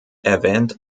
erwähnt